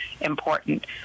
important